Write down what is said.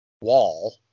wall